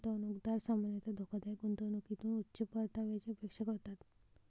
गुंतवणूकदार सामान्यतः धोकादायक गुंतवणुकीतून उच्च परताव्याची अपेक्षा करतात